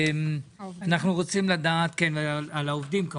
אנחנו רוצים לדעת כמובן על העובדים.